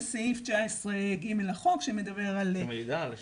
זה סעיף 19 (ג) לחוק שמעיד על אנשים.